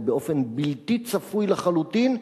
באופן בלתי צפוי לחלוטין,